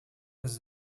dass